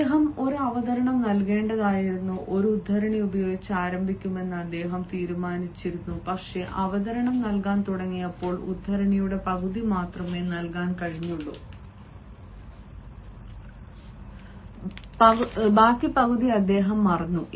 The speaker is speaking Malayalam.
അദ്ദേഹം ഒരു അവതരണം നൽകേണ്ടതായിരുന്നു ഒരു ഉദ്ധരണി ഉപയോഗിച്ച് ആരംഭിക്കുമെന്ന് അദ്ദേഹം തീരുമാനിച്ചിരുന്നു പക്ഷേ അവതരണം നൽകാൻ തുടങ്ങിയപ്പോൾ ഉദ്ധരണിയുടെ പകുതി മാത്രമേ നൽകാൻ കഴിയൂ ബാക്കി പകുതി അദ്ദേഹം മറന്നു